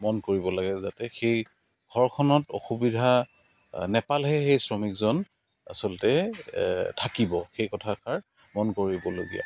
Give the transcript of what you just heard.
মন কৰিব লাগে যাতে সেই ঘৰখনত অসুবিধা নাপালেহে সেই শ্ৰমিকজন আচলতে থাকিব সেই কথাষাৰ মন কৰিবলগীয়া